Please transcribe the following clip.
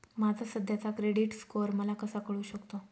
माझा सध्याचा credit score मला कसा कळू शकतो?